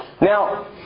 Now